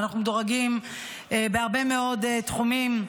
ואנחנו מדורגים בהרבה מאוד תחומים,